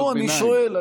לא, אני שואל.